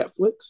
netflix